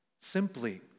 Simply